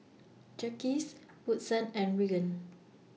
Jacques Woodson and Regan